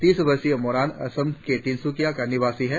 तीस वर्षीय मोरन असम के तिनसुकिया का निवासी है